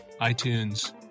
iTunes